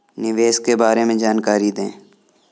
निवेश के बारे में जानकारी दें?